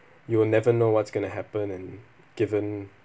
you will never know what's going to happen and given